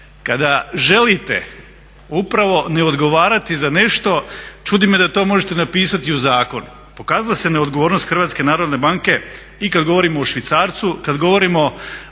kada želite upravo neodgovarati za nešto čudi me da to možete napisati u zakon. Pokazala se neodgovornost HNB-a i kad govorimo o švicarcu, kad govorimo